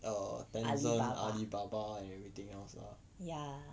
ya